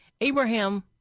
Abraham